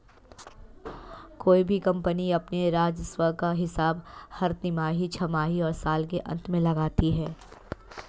कोई भी कम्पनी अपने राजस्व का हिसाब हर तिमाही, छमाही और साल के अंत में लगाती है